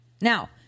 Now